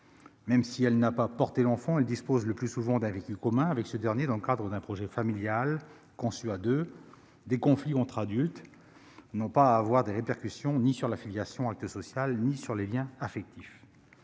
Même si elle n'a pas porté l'enfant, elle dispose le plus souvent d'un vécu commun avec ce dernier, dans le cadre d'un projet familial conçu à deux. Des conflits entre adultes n'ont à avoir de répercussions ni sur la filiation, qui constitue un acte social, ni sur les liens affectifs.